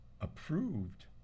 approved